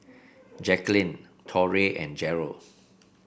Jacquelyn Torrey and Jarrell